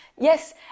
Yes